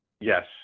yes